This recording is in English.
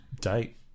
date